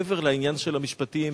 מעבר לעניין של המשפטים,